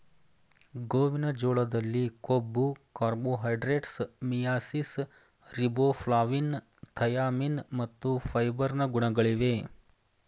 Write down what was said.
ಗೋವಿನ ಜೋಳದಲ್ಲಿ ಕೊಬ್ಬು, ಕಾರ್ಬೋಹೈಡ್ರೇಟ್ಸ್, ಮಿಯಾಸಿಸ್, ರಿಬೋಫ್ಲಾವಿನ್, ಥಯಾಮಿನ್ ಮತ್ತು ಫೈಬರ್ ನ ಗುಣಗಳಿವೆ